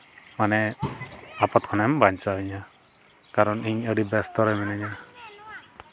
ᱢᱟᱱᱮ ᱟᱯᱚᱫ ᱠᱷᱚᱱᱮᱢ ᱵᱟᱧᱪᱟᱣᱤᱧᱟ ᱠᱟᱨᱚᱱ ᱤᱧ ᱟᱹᱰᱤ ᱵᱮᱥᱛᱚ ᱨᱮ ᱢᱤᱱᱟᱹᱧᱟ